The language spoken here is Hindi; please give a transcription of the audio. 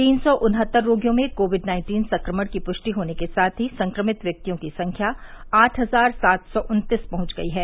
तीन सौ उनहत्तर रोगियों में कोविड नाइन्टीन संक्रमण की पुष्टि होने के साथ ही संक्रमित व्यक्तियों की संख्या आठ हजार सात सौ उन्तीस पहुंच गई है